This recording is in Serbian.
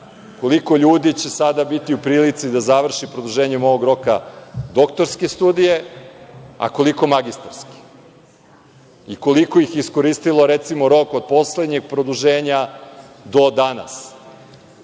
koliko ljudi će sada biti u prilici da završi produženjem ovog roka doktorske studije, a koliko magistarske i koliko ih je, recimo, iskoristilo rok od poslednjeg produženja do danas,